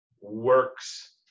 works